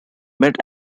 mid